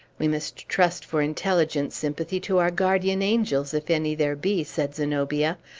we must trust for intelligent sympathy to our guardian angels, if any there be, said zenobia.